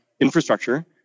infrastructure